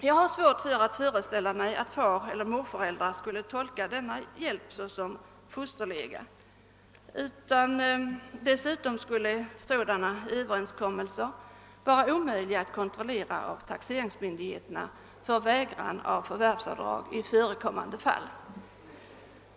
Jag har svårt att föreställa mig att fareller morföräldrar skulle tolka denna hjälp såsom fosterlega. Dessutom skulle sådana överenskommelser vara omöjliga att kontrollera av taxeringsmyndigheterna vid förekommande fall av vägrat förvärvsavdrag.